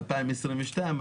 2022,